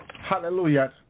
hallelujah